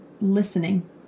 listening